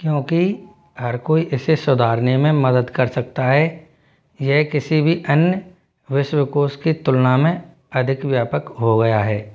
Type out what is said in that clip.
क्योंकि हर कोई इसे सुधारने में मदद कर सकता है यह किसी भी अन्य विश्वकोष की तुलना में अधिक व्यापक हो गया है